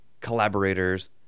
collaborators